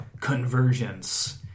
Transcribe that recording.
Convergence